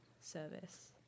service